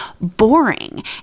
boring